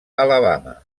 alabama